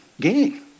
gang